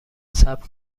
صبر